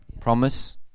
Promise